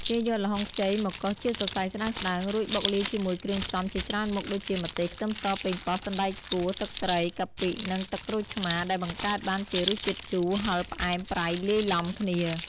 គេយកល្ហុងខ្ចីមកកោសជាសរសៃស្តើងៗ រួចបុកលាយជាមួយគ្រឿងផ្សំជាច្រើនមុខដូចជា ម្ទេស ខ្ទឹមស ប៉េងប៉ោះ សណ្ដែកកួរ ទឹកត្រី កាពិ និងទឹកក្រូចឆ្មារ ដែលបង្កើតបានជារសជាតិជូរ ហឹរ ផ្អែម ប្រៃ លាយឡំគ្នា។